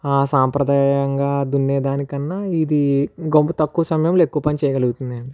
సాంప్రదాయంగా దున్నే దానికన్నా ఇది ఇంకొంత తక్కువ సమయం ఎక్కువ పని చేయగలుగుతున్నాం